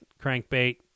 crankbait